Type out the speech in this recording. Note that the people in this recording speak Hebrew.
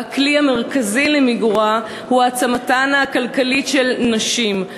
והכלי המרכזי למיגורה הוא העצמתן הכלכלית של נשים,